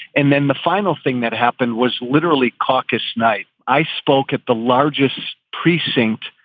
and then the final thing that happened was literally caucus night. i spoke at the largest precinct,